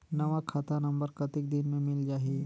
नवा खाता नंबर कतेक दिन मे मिल जाही?